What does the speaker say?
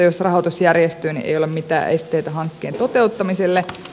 jos rahoitus järjestyy ei ole mitään esteitä hankkeen toteuttamiselle